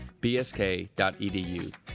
bsk.edu